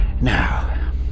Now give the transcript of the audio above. Now